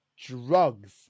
drugs